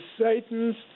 Satan's